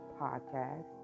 podcast